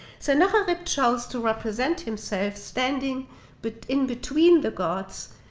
sennacherib chose to represent himself standing but in between the gods,